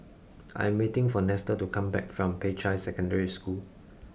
I am waiting for Nestor to come back from Peicai Secondary School